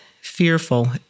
fearful